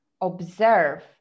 observe